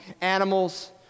animals